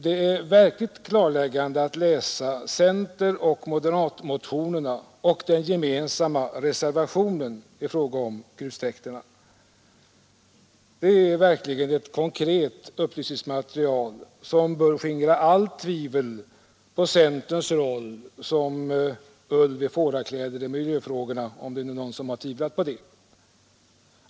Det är verkligen klarläggande att läsa centeroch moderatmotionerna och den gemensamma reservationen i fråga om grustäkterna. Det är verkligen ett konkret upplysningsmaterial som bör skingra allt tvivel på centerns roll som ulv i fårakläder i miljöfrågorna, om det nu är någon som tvivlat på det.